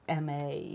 MA